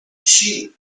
she